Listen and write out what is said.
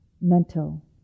mental